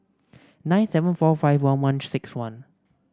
nine seven four five one one six one